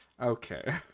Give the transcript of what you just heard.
Okay